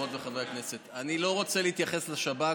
חברות וחברי הכנסת, אני לא רוצה להתייחס לשב"כ.